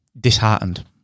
Disheartened